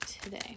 today